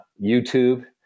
YouTube